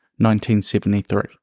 1973